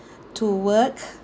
to work